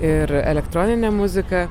ir elektroninė muzika